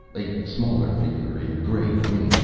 a smaller figure in gray-green.